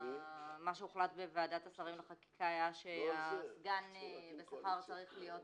מה שהוחלט בוועדת השרים לחקיקה זה שהסגן בשכר צריך להיות